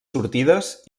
sortides